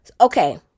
Okay